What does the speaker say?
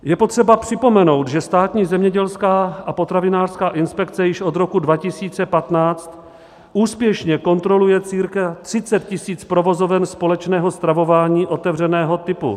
Je potřeba připomenout, že Státní zemědělská a potravinářská inspekce již od roku 2015 úspěšně kontroluje cca 30 000 provozoven společného stravování otevřeného typu.